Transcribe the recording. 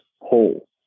whole